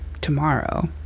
tomorrow